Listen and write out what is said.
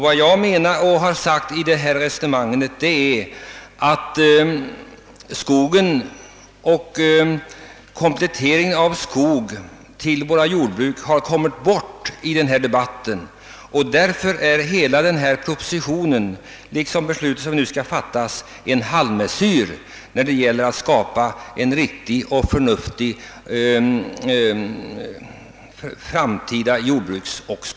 Vad jag har påstått, och det står jag vid, är att frågan om kompletteringen med skog till jordbruken kommit bort i..denna debatt. Därför är hela denna proposition och det. beslut. som nu skall fattas en. halvmesyr.. när, det :gäller: att skapa en riktig och förnuftig jordbruks